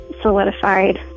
solidified